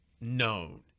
known